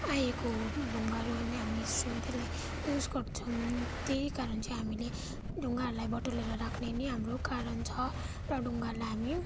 आएको ढुङ्गाहरू अहिले हामी हिस्ट्रीमा त्यसलाई युज गर्छौँ त्यही कारण चाहिँ हामीले ढुङ्गाहरूलाई बटुलेर राख्ने नि हाम्रो कारण छ र ढुङ्गाहरूलाई हामी